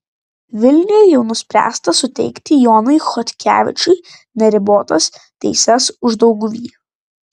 vilniuje jau nuspręsta suteikti jonui chodkevičiui neribotas teises uždauguvy